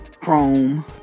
Chrome